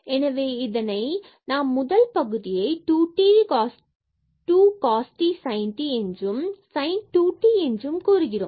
எனவே இதனை நாம் முதல் பகுதியை 2 cos t sin t என்றும் sin 2 t என்றும் கூறுகிறோம்